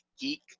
Geek